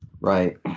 Right